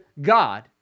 God